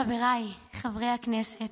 חבריי חברי הכנסת,